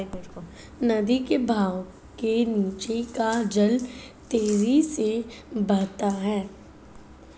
नदी के बहाव के नीचे का जल तेजी से बहता है